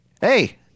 Hey